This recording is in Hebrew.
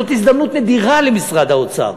זאת הזדמנות נדירה למשרד האוצר.